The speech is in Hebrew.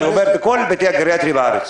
אני אומר בכל המוסדות הגריאטריים בארץ.